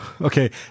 Okay